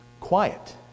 quiet